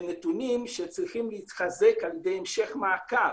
נתונים שצריכים להתחזק בהמשך מעקב.